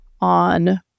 on